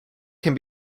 can